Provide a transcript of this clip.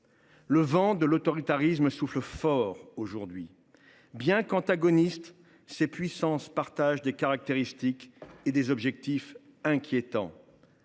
Le vent de l’autoritarisme souffle fort aujourd’hui. Bien qu’antagonistes, ces puissances partagent des caractéristiques et des objectifs inquiétants